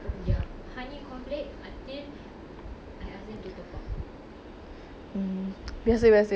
hmm biasa biasa biasa ah last time I also like that ah tapi !wah! sedap seh